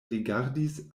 rigardis